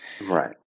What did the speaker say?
right